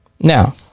Now